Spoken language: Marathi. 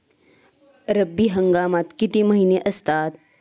रब्बी हंगामात किती महिने असतात?